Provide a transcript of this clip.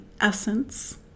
essence